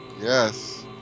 Yes